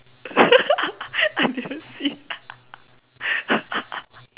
I didn't see